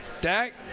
Dak